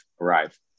arrive